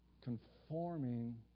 conforming